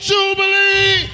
Jubilee